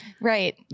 Right